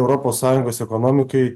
europos sąjungos ekonomikai